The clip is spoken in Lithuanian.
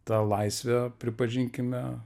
ta laisvė pripažinkime